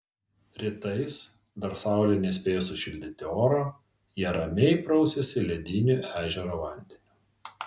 rytais dar saulei nespėjus sušildyti oro jie ramiai prausiasi lediniu ežero vandeniu